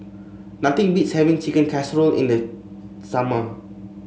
nothing beats having Chicken Casserole in the summer